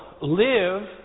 live